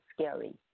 scary